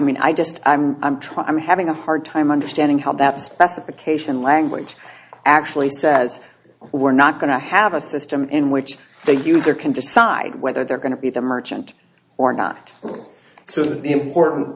mean i just i'm i'm trying i'm having a hard time understanding how that specification language actually says we're not going to have a system in which they use or can decide whether they're going to be the merchant or not so the important